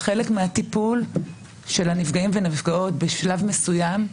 חלק מהטיפול של הנפגעים והנפגעות בשלב מסוים,